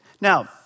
Now